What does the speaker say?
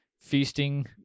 feasting